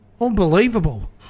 Unbelievable